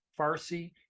Farsi